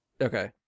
Okay